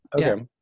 Okay